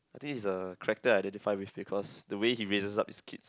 I think it's a character I identify with because the way he raises up his kids